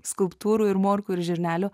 skulptūrų ir morkų ir žirnelių